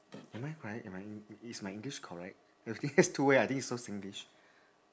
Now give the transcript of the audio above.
am I correct am I is my english correct it has two ways I think it's so singlish